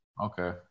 Okay